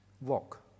walk